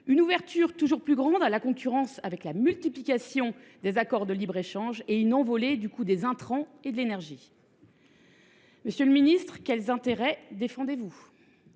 une ouverture toujours plus grande à la concurrence, avec la multiplication des accords de libre échange, et une envolée du coût des intrants et de l’énergie ? Monsieur le ministre, quels intérêts défendez vous ?